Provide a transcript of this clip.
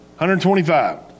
125